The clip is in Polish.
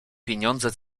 pieniądze